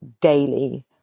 daily